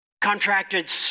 contracted